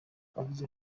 yagize